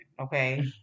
Okay